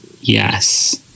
yes